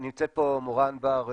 נמצאת פה מורן בר,